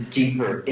deeper